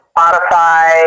Spotify